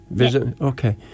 Okay